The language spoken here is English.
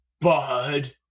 bud